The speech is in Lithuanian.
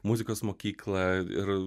muzikos mokyklą ir